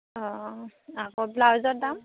অঁ আকৌ ব্লাউজৰ দাম